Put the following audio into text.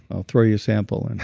i'll throw you a sample and